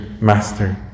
Master